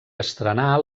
estrenar